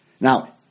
Now